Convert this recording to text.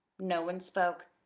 no one spoke.